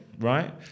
Right